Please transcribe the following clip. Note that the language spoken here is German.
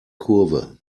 kurve